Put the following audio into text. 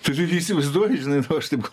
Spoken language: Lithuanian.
tu neįsivaizduoji žinai nu aš taip